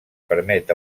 permet